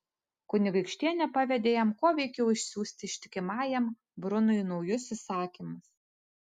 kunigaikštienė pavedė jam kuo veikiau išsiųsti ištikimajam brunui naujus įsakymus